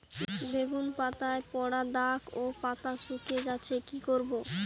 বেগুন পাতায় পড়া দাগ ও পাতা শুকিয়ে যাচ্ছে কি করব?